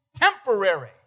temporary